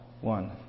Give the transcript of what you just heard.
one